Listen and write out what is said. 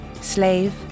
Slave